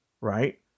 right